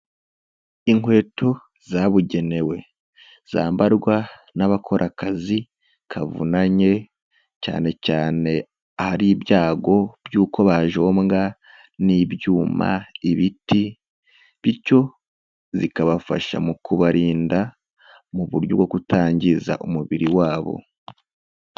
Inkweto zabugenewe zambarwa n'abakora akazi kavunanye cyane cyane ahari ibyago by'uko bajombwa n'ibyuma ibiti bityo zikabafasha mu kubarinda mu buryo bwo kutangiza umubiri wa me bo.